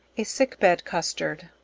a sick bed custard.